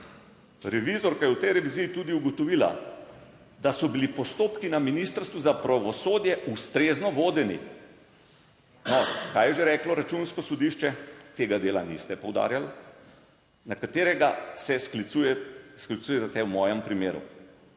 Revizorka je v tej reviziji tudi ugotovila, da so bili postopki na Ministrstvu za pravosodje ustrezno vodeni. No, kaj je že reklo Računsko sodišče? Tega dela niste poudarjali, na katerega se sklicujete v mojem primeru.